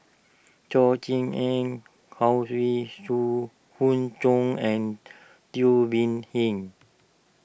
Chor Eng Howe Zoo Hoon Chong and Teo Bee Yen